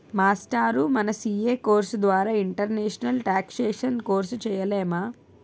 మాస్టారూ మన CA course ద్వారా ఇంటర్నేషనల్ టేక్సేషన్ కోర్సు సేయలేమా